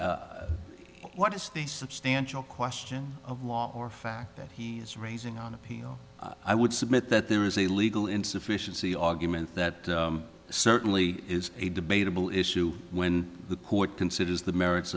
what is the substantial question of law or fact that he is raising on appeal i would submit that there is a legal insufficiency argument that certainly is a debatable issue when the court considers the merits